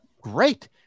great